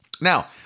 Now